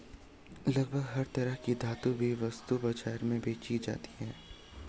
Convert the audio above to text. लगभग हर तरह की धातु भी वस्तु बाजार में बेंची जाती है